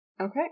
Okay